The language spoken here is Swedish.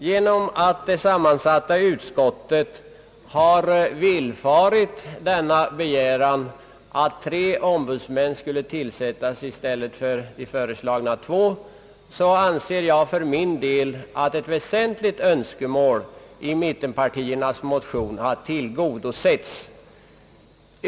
Genom att det sammansatta utskottet har villfarit denna begäran om tre ombudsmän i stället för de föreslagna två, anser jag för min del att ett väsentligt önskemål i mittenpartiernas motion har tillgodosetts.